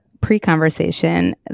pre-conversation